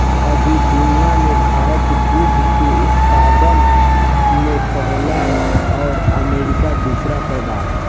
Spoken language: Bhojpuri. अभी दुनिया में भारत दूध के उत्पादन में पहिला आ अमरीका दूसर पर बा